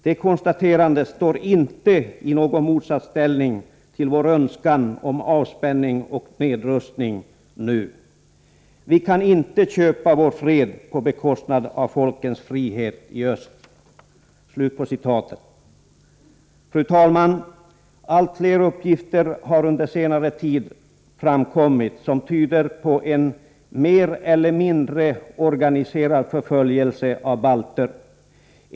Det konstaterandet står inte i någon motsatsställning till vår önskan om avspänning och nedrustning nu. Vi kan inte köpa vår fred på bekostnad av folkens frihet i öst.” Fru talman! Allt fler uppgifter har under senare tid framkommit som tyder på en mer eller mindre organiserad förföljelse av balter.